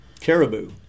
caribou